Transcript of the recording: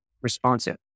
responsive